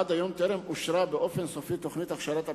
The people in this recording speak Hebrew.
עד היום טרם אושרה באופן סופי תוכנית הכשרת הפקחים.